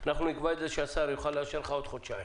אנחנו נקבע שהשר יוכל לאשר לכם עוד חודשיים.